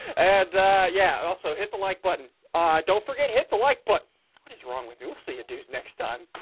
and yeah, it also hit the like button ah don't forget hit the like button but what is wrong with you we'll see you dudes next time